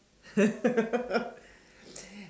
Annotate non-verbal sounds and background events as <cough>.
<laughs>